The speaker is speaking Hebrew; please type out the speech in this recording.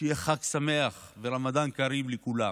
שיהיה חג שמח ורמדאן כרים לכולם.